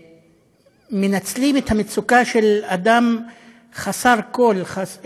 מנצלים את המצוקה של אדם חסר כול,